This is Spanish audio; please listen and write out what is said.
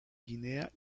guinea